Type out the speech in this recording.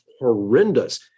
horrendous